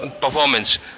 performance